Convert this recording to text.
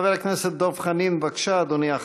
חבר הכנסת דב חנין, בבקשה, אדוני.